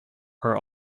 are